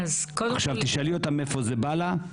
עכשיו, תשאלי אותה מאיפה זה בא לה?